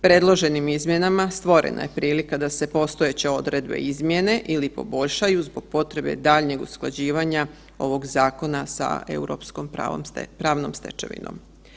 Predloženim izmjenama stvorena je prilika da se postojeće odredbe izmjene ili poboljšaju zbog potrebe daljnjeg usklađivanja ovog zakona sa Europskom pravnom stečevinom.